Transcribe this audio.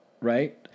right